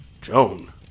Joan